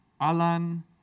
Alan